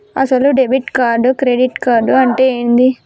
అసలు debit card credit card అంటే ఏంది?